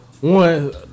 one